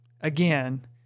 again